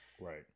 Right